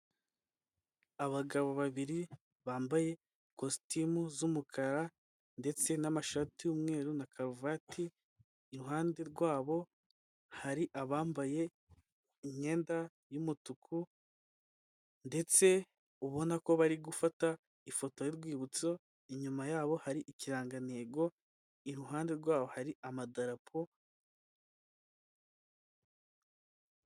Abagabo babiri bambaye ikositimu z'umukara ndetse n'amashati y'umweru na karuvati iruhande rwabo hari abambaye imyenda y'umutuku ndetse ubona ko bari gufata ifoto y'urwibutso, inyuma yabo hari ikirangantego iruhande rwabo hari amadarapo...